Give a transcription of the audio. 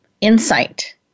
insight